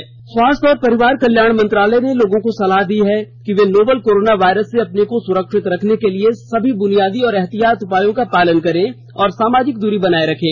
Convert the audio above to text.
advisory स्वास्थ्य और परिवार कल्याण मंत्रालय ने लोगों को सलाह दी है कि वे नोवल कोरोना वायरस से अपने को सुरक्षित रखने के लिए सभी बुनियादी एहतियाती उपायों का पालन करें और सामाजिक दूरी बनाए रखें